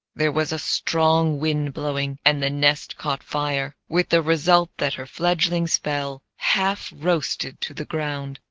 there was a strong wind blowing, and the nest caught fire, with the result that her fledglings fell half-roasted to the ground.